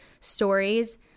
stories